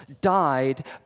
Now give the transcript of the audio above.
died